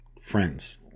friends